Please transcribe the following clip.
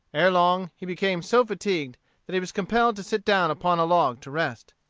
ere long he became so fatigued that he was compelled to sit down upon a log to rest.